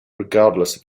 regardless